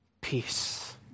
peace